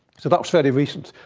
so that was fairly recent.